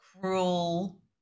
cruel